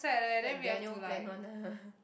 that Daniel plan one ah